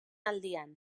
aldian